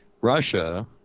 Russia